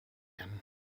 and